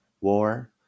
war